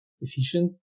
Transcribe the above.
efficient